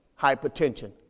hypertension